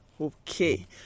Okay